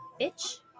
bitch